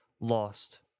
lost